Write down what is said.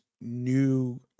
new